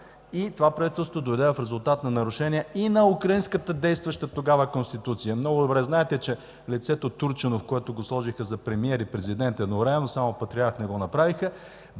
кървав преврат и в резултат на нарушение и на украинската действаща тогава конституция. Много добре знаете, че лицето Турчинов, когото сложиха за премиер и президент едновременно, само патриарх не го направиха,